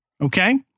Okay